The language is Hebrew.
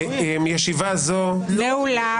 ישיבה זו נעולה.